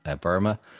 Burma